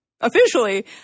officially